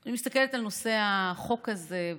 אני מסתכלת על נושא החוק הזה,